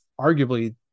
arguably